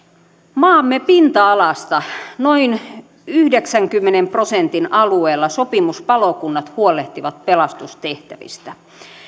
maamme pinta alasta noin yhdeksänkymmenen prosentin alueella sopimuspalokunnat huolehtivat pelastustehtävistä